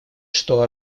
что